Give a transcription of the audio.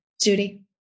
Judy